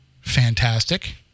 Fantastic